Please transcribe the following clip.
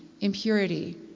impurity